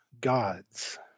gods